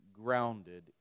grounded